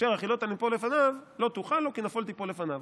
אשר החִלותָ לנפֹּל לפניו לא תוכל לו כי נפול תפול לפניו",